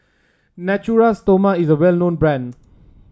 Natura Stoma is a well known brand